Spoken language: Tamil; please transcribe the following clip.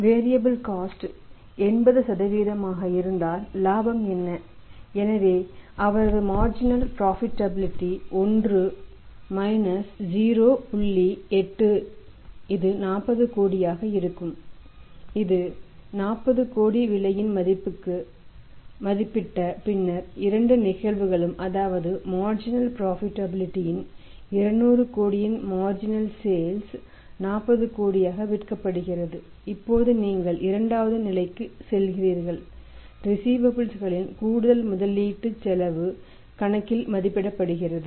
வேரீஅபல் காஸ்ட் களில் கூடுதல் முதலீடு செலவு கணக்கில் மதிப்பிடப்படுகிறது